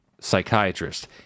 psychiatrist